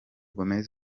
gómez